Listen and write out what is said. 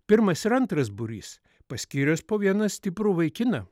pirmas ir antras būrys paskyręs po vieną stiprų vaikiną